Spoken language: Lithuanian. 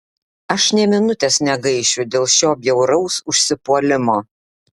aš nė minutės negaišiu dėl šio bjauraus užsipuolimo